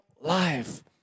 life